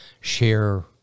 share